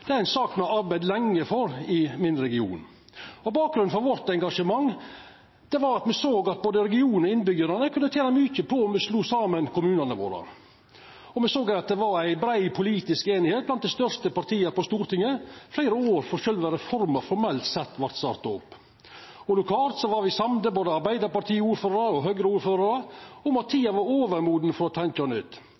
er det ein stor dag for meg i dag, og det er gledeleg å få lov til å vera med på å vedta denne saka her i dag. Det er ei sak me har arbeidd lenge for i min region. Bakgrunnen for engasjementet vårt var at me såg at både regionen og innbyggjarane kunne tena mykje på å slå saman kommunane våre. Me såg at det var brei politisk einigheit blant dei største partia på Stortinget – fleire år før sjølve reforma formelt vart starta opp. Lokalt var me samde – både Arbeidarparti-ordførarar og